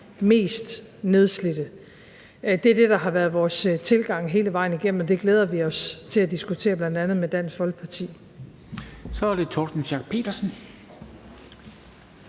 mest nedslidte. Det er det, der har været vores tilgang hele vejen igennem, og det glæder vi os til at diskutere med bl.a. Dansk Folkeparti. Kl. 00:14 Formanden